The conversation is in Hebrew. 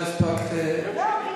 לא הספקתי.